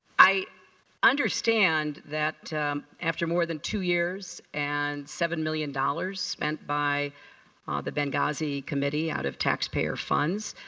i understand that after more than two years and seven million dollars spent by the benghazi committee out of taxpayer funds,